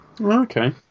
okay